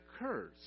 occurs